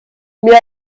mais